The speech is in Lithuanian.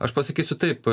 aš pasakysiu taip